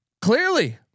clearly